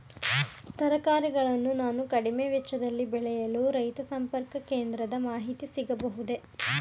ತರಕಾರಿಗಳನ್ನು ನಾನು ಕಡಿಮೆ ವೆಚ್ಚದಲ್ಲಿ ಬೆಳೆಯಲು ರೈತ ಸಂಪರ್ಕ ಕೇಂದ್ರದ ಮಾಹಿತಿ ಸಿಗಬಹುದೇ?